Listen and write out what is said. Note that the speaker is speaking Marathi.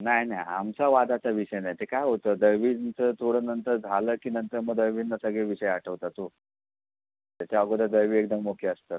नाही नाही आमचा वादाचा विषय नाही ते काय होतं दळवींचं थोडं नंतर झालं की नंतर मग दळवींना सगळे विषय आठवतात हो त्याच्या आगोदर दळवी एकदम ओके असतात